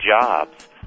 jobs